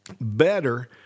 better